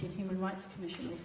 human rights commission